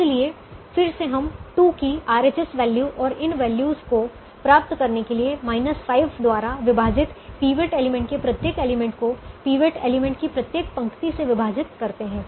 इसलिए फिर से हम 2 की RHS वैल्यू और इन वैल्यू को प्राप्त करने के लिए 5 द्वारा विभाजित पिवट एलिमेंट के प्रत्येक एलिमेंट को पिवट एलिमेंट की प्रत्येक पंक्ति से विभाजित करते हैं